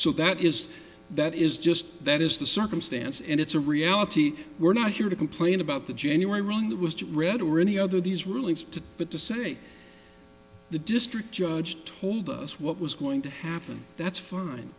so that is that is just that is the circumstance and it's a reality we're not here to complain about the january run that was just read or any other these rulings today but to say the district judge told us what was going to happen that's fine